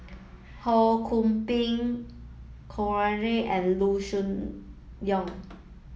Ho Kwon Ping Kanwaljit and Loo Choon Yong